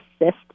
assist